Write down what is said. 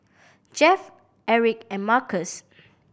Jeff Aric and Markus